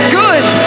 good